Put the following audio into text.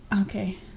Okay